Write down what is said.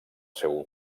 seu